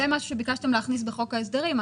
זה דבר שביקשתם להכניס בחוק ההסדרים,